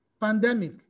pandemic